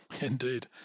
Indeed